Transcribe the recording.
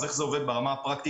איך זה עובד ברמה הפרקטית?